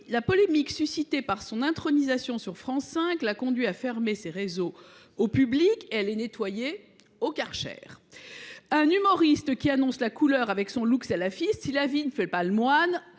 La polémique suscitée par son intronisation sur France 5 l’a conduit à fermer ses réseaux au public et à les nettoyer… au kärcher. J’ajoute que cet « humoriste » annonce la couleur, avec son look salafiste. Si l’habit ne fait pas le moine,